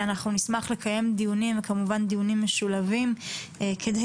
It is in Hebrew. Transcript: אנחנו נשמח לקיים דיונים וכמובן דיונים משולבים כדי